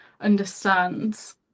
understands